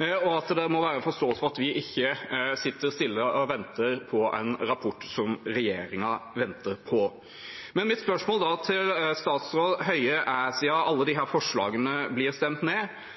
og at det må være forståelse for at vi ikke sitter stille og venter på en rapport som regjeringen venter på. Siden alle disse forslagene blir stemt ned, er mitt spørsmål til statsråd Høie: Er man fornøyd med de